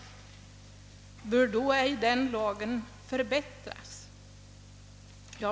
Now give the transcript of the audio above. Bör då inte den lagen förbättras?